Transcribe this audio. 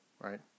right